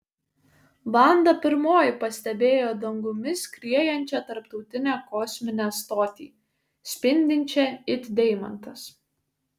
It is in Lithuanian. vanda pirmoji pastebėjo dangumi skriejančią tarptautinę kosminę stotį spindinčią it deimantas